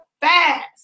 fast